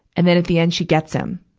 and then, at the end, she gets him.